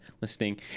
listening